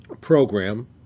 program